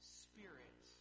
spirit